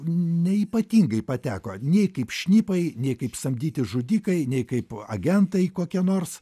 neypatingai pateko nei kaip šnipai nei kaip samdyti žudikai nei kaip agentai kokie nors